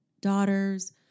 daughters